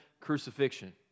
crucifixion